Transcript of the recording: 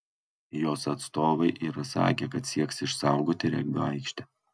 jos atstovai yra sakę kad sieks išsaugoti regbio aikštę